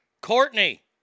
Courtney